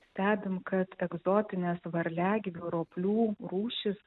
stebime kad egzotinės varliagyvių roplių rūšys